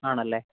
ആണല്ലേ